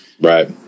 Right